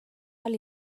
ahal